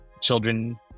children